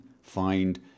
find